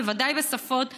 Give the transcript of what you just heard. בוודאי בשפות נדירות.